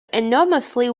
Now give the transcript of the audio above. enormously